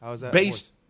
based